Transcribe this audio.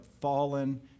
fallen